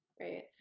Right